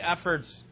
efforts